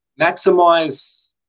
maximize